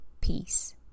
peace